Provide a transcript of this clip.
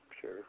Sure